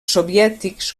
soviètics